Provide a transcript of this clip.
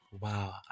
Wow